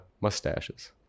mustaches